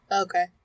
Okay